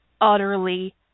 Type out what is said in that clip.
utterly